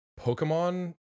pokemon